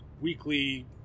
weekly